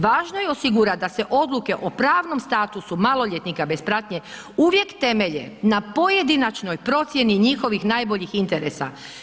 Važno je osigurati da se odluke o pravnom statusu maloljetnika bez pratnje uvijek temelje na pojedinačnoj procjeni njihovih najboljih interesa.